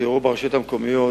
שאירעו ברשויות המקומיות,